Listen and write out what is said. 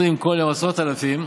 שמתוך אלפי,